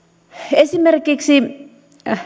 esimerkiksi